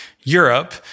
Europe